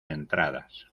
entradas